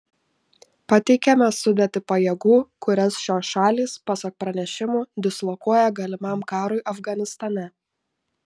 pateikiame sudėtį pajėgų kurias šios šalys pasak pranešimų dislokuoja galimam karui afganistane